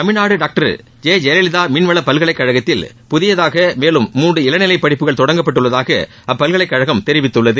Tamil Nadu doctor J Jayalalithaa மீன்வள பல்கலைக்கழகத்தில் புதியதாக மேலும் மூன்று இளநிலை படிப்புகள் தொடங்கப்பட்டுள்ளதாக அப்பல்கலைக்கழகம் தெிவித்துள்ளது